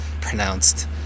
pronounced